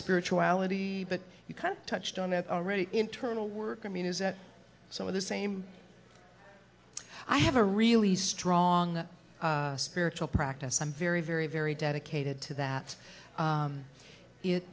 spirituality but you can touched on that already internal work i mean is that some of the same i have a really strong spiritual practice i'm very very very dedicated to that